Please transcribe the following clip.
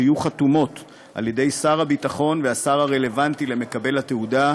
שיהיו חתומות על-ידי שר הביטחון והשר הרלוונטי למקבל התעודה,